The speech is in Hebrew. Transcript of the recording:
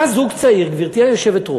בא זוג צעיר, גברתי היושבת-ראש,